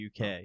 UK